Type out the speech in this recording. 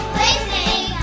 listening